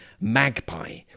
magpie